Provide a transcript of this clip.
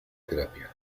terapia